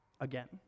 again